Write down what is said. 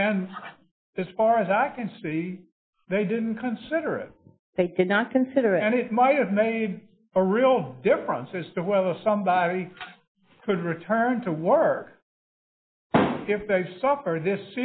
and as far as i can see they didn't consider it they did not consider and it might have made a real difference as to whether somebody could return to work if that stop or this